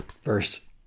Verse